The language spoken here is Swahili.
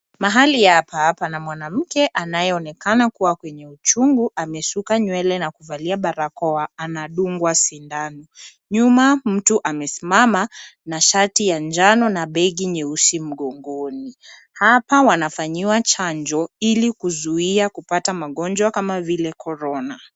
Mahali hapa pana mwanamke anayeonekana kuwa kwenye uchungu ameshuka nywele na kuvalia barakoa anadungwa sindano . Nyuma mtu amesimama na shati ya njano na begi nyeusi mgongoni. Hapa wanafanyiwa chanjo ili kuzuia kupata magonjwa kama vile korona.